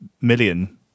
million